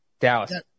Dallas